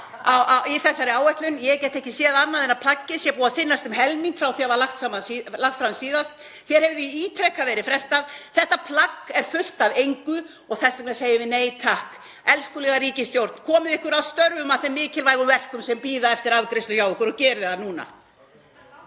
í þessari áætlun. Ég get ekki séð annað en að plaggið sé búið að þynnast um helming frá því að það lagt fram síðast. Hér hefur því ítrekað verið frestað. Þetta plagg er fullt af engu og þess vegna segjum við: Nei takk, elskulega ríkisstjórn, komið ykkur að störfum, að þeim mikilvægu verkum sem bíða eftir afgreiðslu hjá okkur og gerið það núna.